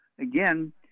again